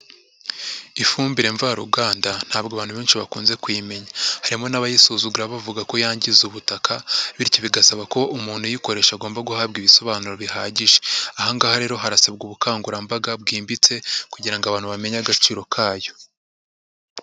Ifumbire mvaruganda ntabwo abantu benshi bakunze kuyimenya, harimo n'abayisuzugura bavuga ko yangiza ubutaka bityo bigasaba ko umuntu uyikoresha agomba guhabwa ibisobanuro bihagije, aha ngaha rero harasabwa ubukangurambaga bwimbitse kugira ngo abantu bamenye agaciro kayo.